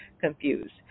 confused